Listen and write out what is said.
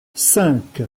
cinq